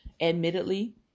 Admittedly